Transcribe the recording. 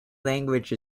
language